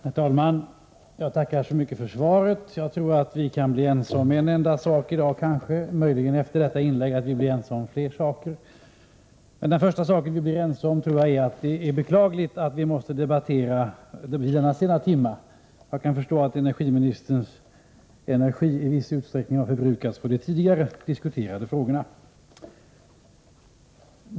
Herr talman! Jag tackar så mycket för svaret. Jag tror att vi kan vara ense om en sak i dag — möjligen blir vi ense om fler efter detta inlägg — och det är att det är beklagligt att vi måste debattera vid denna sena timme. Jag kan förstå att energiministerns energi i viss utsträckning har förbrukats på de tidigare diskuterade frågorna.